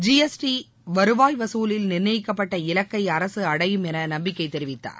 G S T வருவாய் வசூலில் நிர்ணயக்கப்பட்ட இலக்கை அரசு அடையும் என நம்பிக்கை தெரிவித்தார்